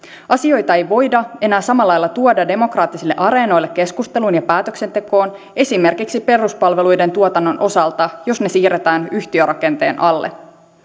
asioita ei voida enää samalla lailla tuoda demokraattisille areenoille keskusteluun ja päätöksentekoon esimerkiksi peruspalveluiden tuotannon osalta jos ne siirretään yhtiörakenteen alle